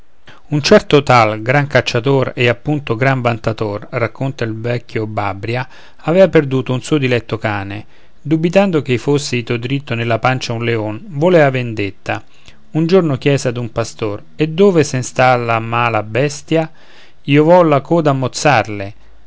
un certo tal gran cacciator e appunto gran vantator racconta il vecchio babria avea perduto un suo diletto cane dubitando ch'ei fosse ito diritto nella pancia a un leon volea vendetta un giorno chiese ad un pastor e dove sen sta la mala bestia io vo la coda mozzarle